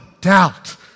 doubt